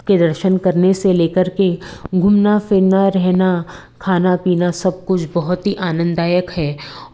के दर्शन करने से ले करके घूमना फिरना रहना खाना पीना सब कुछ बहुत ही आनंददायक है